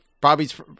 Bobby's